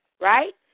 right